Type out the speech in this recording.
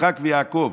יצחק ויעקב",